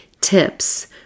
tips